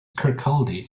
kirkcaldy